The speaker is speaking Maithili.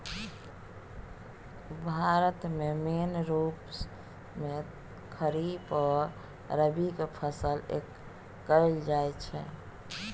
भारत मे मेन रुप मे खरीफ आ रबीक फसल कएल जाइत छै